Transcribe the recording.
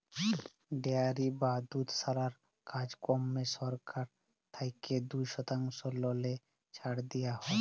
dairy বা দুধশালার কাজকম্মে সরকার থ্যাইকে দু শতাংশ ললে ছাড় দিয়া হ্যয়